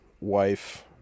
wife